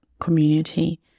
community